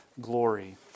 glory